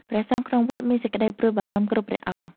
ព្រះសង្ឃក្នុងវត្តមានសេចក្តីព្រួយបារម្ភគ្រប់ព្រះអង្គ។